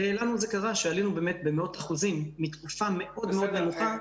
ולנו קרה שעלינו באמת במאות אחוזים מתקופה מאוד מאוד ארוכה.